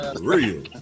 Real